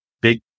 big